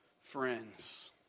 friends